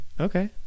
okay